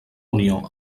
unió